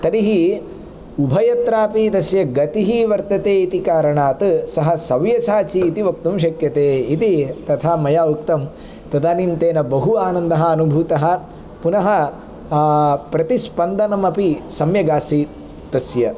तर्हि उभयत्रापि तस्य गतिः वर्तते इति कारणात् सः सव्यसाचि इति वक्तुं शक्यते इति तथा मया उक्तं तदानीं तेन बहु आनन्दः अनुभूतः पुनः प्रतिस्पन्दनम् अपि सम्यगासीत् तस्य